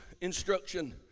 instruction